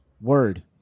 Word